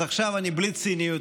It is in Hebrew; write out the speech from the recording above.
אז עכשיו אני אגיד בלי ציניות: